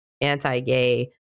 anti-gay